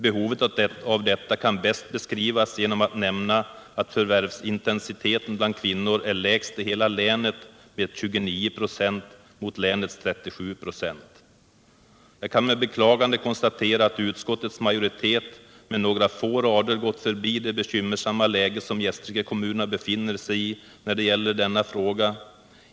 Behovet av arbetstillfällen för kvinnor kan jag bäst beskriva genom att nämna att förvärvsintensiteten bland kvinnor i Ockelbo kommun är lägst i hela länet med 29 26 mot 37 96 för länet i dess helhet. Jag kan med beklagande konstatera att utskottets majoritet med några få rader gått förbi det bekymmersamma läge som Gästrikekommunerna befinner sig i när det gäller denna fråga.